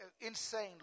insane